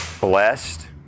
blessed